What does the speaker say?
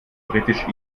britisch